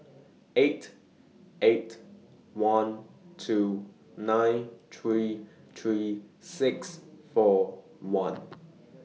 eight eight one two nine three three six four one